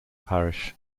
parish